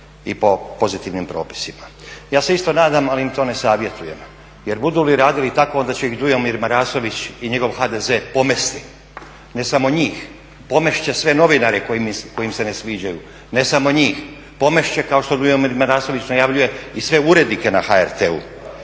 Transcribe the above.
i po pozitivnim propisima. Ja se isto nadam, ali im to ne savjetujem. Jer budu li radili tako onda će ih Dujomir Marasović i njegov HDZ pomesti, ne samo njih. Pomest će sve novinare koji im se ne sviđaju, ne samo njih. Pomest će kao što Dujomir Marasović najavljuje i sve urednike na HRT-u.